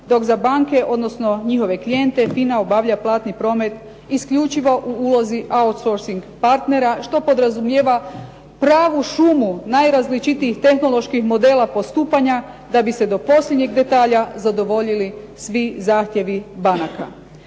dok za banke odnosno njihove klijente FINA obavlja platni promet isključivo u ulozi out sourcing partnera što podrazumijeva pravu šumu najrazličitijih tehnoloških modela postupanja da bi se do posljednjeg detalja zadovoljili svi zahtjevi banaka.